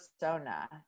persona